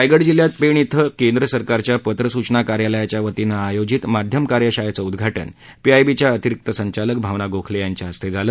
रायगड जिल्ह्यात पेण इथं केंद्र सरकारच्या पत्र सुचना कार्यालयाच्या वतीनं आयोजित माध्यम कार्यशाळेचं उद्घाटन पीआयबीच्या अतिरिक्त संचालक भावना गोखले यांच्या हस्ते झालं